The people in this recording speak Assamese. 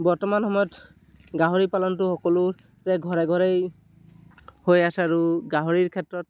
বৰ্তমান সময়ত গাহৰি পালনটো সকলোৰে ঘৰে ঘৰেই হৈ আছে আৰু গাহৰিৰ ক্ষেত্ৰত